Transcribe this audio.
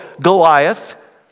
Goliath